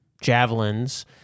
javelins